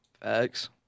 Facts